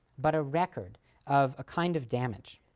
but a record of a kind of damage?